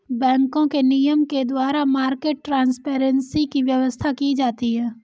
बैंकों के नियम के द्वारा मार्केट ट्रांसपेरेंसी की व्यवस्था की जाती है